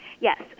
Yes